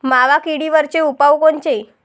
मावा किडीवरचे उपाव कोनचे?